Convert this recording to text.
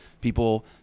People